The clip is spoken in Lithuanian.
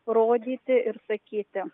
rodyti ir sakyti